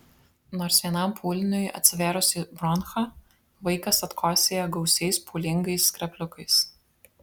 nors vienam pūliniui atsivėrus į bronchą vaikas atkosėja gausiais pūlingais skrepliukais